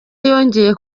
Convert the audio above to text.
yongeye